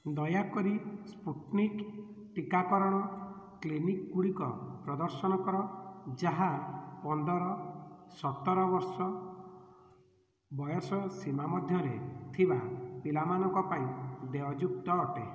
ଦୟାକରି ସ୍ପୁଟନିକ୍ ଟୀକା କରଣ କ୍ଲିନିକ୍ଗୁଡ଼ିକ ପ୍ରଦର୍ଶନ କର ଯାହା ପନ୍ଦର ସତର ବର୍ଷ ବୟସ ସୀମା ମଧ୍ୟରେ ଥିବା ପିଲାମାନଙ୍କ ପାଇଁ ଦେୟଯୁକ୍ତ ଅଟେ